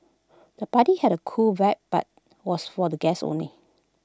the party had A cool vibe but was for the guests only